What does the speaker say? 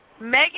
Megan